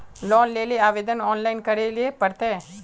Loan लेले आवेदन online करे ले पड़ते?